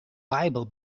bible